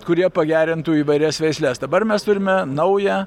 kurie pagerintų įvairias veisles dabar mes turime naują